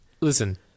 listen